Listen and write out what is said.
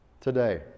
today